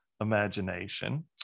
imagination